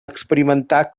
experimentar